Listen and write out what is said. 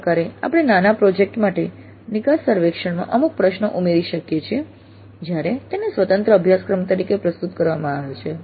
આ પ્રકારે આપણે નાના પ્રોજેક્ટ માટે નિકાસ સર્વેક્ષણમાં અમુક પ્રશ્નો ઉમેરી શકીએ છીએ જ્યારે તેને સ્વતંત્ર અભ્યાસક્રમ તરીકે પ્રસ્તુત કરવામાં આવે છે